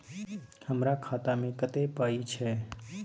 हमरा खाता में कत्ते पाई अएछ?